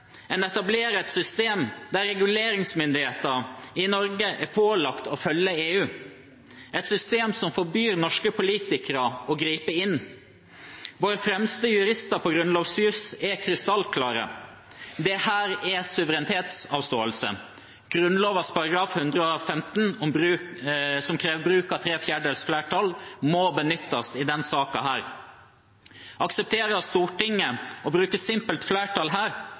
En etablerer et system der reguleringsmyndigheter i Norge er pålagt å følge EU, et system som forbyr norske politikere å gripe inn. Våre fremste jurister på grunnlovsjus er krystallklare: Dette er suverenitetsavståelse. Grunnloven § 115, som krever bruk av tre fjerdedels flertall, må benyttes i denne saken. Aksepterer Stortinget å bruke simpelt flertall her,